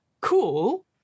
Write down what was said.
cool